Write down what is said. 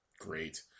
great